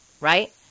right